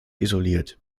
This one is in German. isoliert